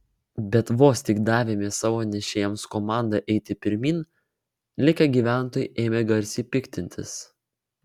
bet vos tik davėme savo nešėjams komandą eiti pirmyn likę gyventojai ėmė garsiai piktintis